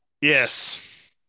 Yes